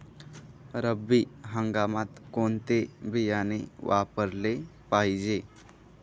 रब्बी हंगामात कोणते बियाणे वापरले पाहिजे?